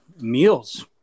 meals